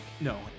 No